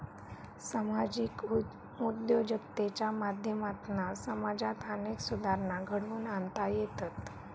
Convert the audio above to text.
सामाजिक उद्योजकतेच्या माध्यमातना समाजात अनेक सुधारणा घडवुन आणता येतत